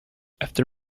after